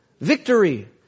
victory